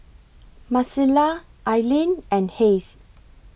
Marcela Aileen and Hays